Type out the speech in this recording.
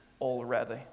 already